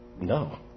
No